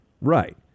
Right